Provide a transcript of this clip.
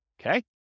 Okay